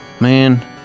man